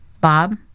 Bob